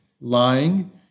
lying